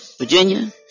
Virginia